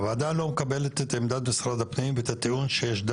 הוועדה מבקשת ממשרד הפנים להעביר לנו התייחסות